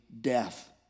death